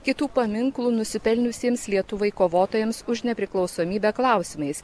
kitų paminklų nusipelniusiems lietuvai kovotojams už nepriklausomybę klausimais